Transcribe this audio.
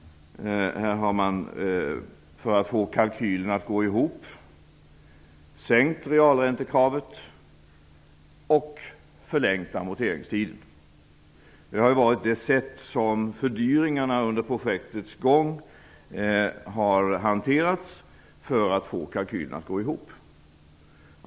För att få kalkylen att gå ihop har realräntekravet sänkts och amorteringstiden förlängts. Det har varit det sätt som fördyringarna under projektets gång har hanterats på för att få kalkylen att gå ihop.